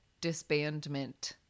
Disbandment